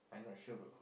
I'm not sure bro